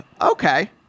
okay